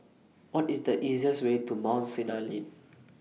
What IS The easiest Way to Mount Sinai Lane